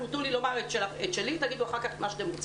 תנו לי לומר את שלי ותגידו אחר-כך את מה שאתם רוצים.